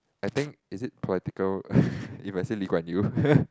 I think is it political if I say Lee-Kuan-Yew